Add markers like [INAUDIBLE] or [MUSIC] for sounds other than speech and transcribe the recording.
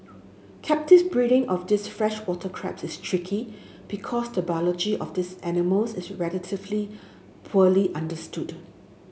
[UNINTELLIGIBLE] breeding of these freshwater crabs is tricky because the biology of these animals is relatively poorly understood